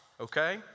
Okay